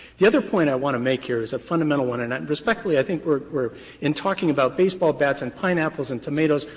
the other point i want to make here is a fundamental one. and respectfully, i think we're we're in talking about baseball bats and pineapples and tomatoes,